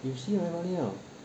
有些 very funny know